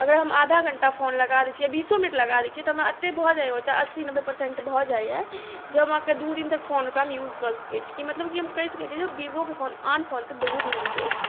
अगर हम आधा घण्टा फोन लगा दैत छियै बीसो मिनट लगा दैत छियै तऽ हमरा एते भऽ जाइया ओ चार्ज अस्सी नबे परसेन्ट भऽ जाइया जे हम अहाँकेँ दू दिन तक फोनके हम यूज कऽ सकैत छी मतलब कि हम कहि सकैत छी कि जे विवोके फोन आन फोन से बहुत नीक अछि